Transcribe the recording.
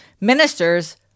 ministers